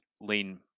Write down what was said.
lean